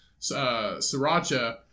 Sriracha